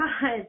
god